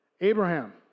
Abraham